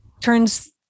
turns